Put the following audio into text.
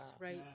right